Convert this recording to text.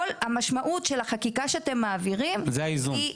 כל המשמעות של החקיקה שאתם מעבירים --- זה האיזון.